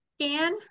scan